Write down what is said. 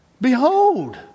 Behold